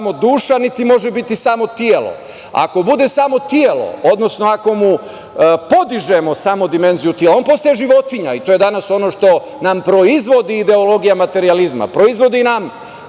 samo duša, niti može biti samo telo. Ako bude samo telo, odnosno ako mu podižemo samo dimenziju tela, on postaje životinja i to je danas ono što nam proizvodi ideologija materijalizma, proizvodi nam